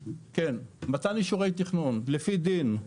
מתן אישורי תכנון - לפי דין,